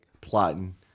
plotting